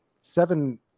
seven